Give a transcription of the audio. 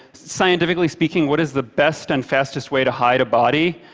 scientifically speaking, what is the best and fastest way to hide a body?